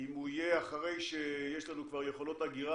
אם הוא יהיה אחרי שיש לנו כבר יכולות אגירה